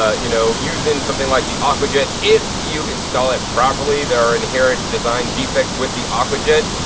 ah you know, using something like the aquajet if you install it properly. there are inherent design defects with the aquajet,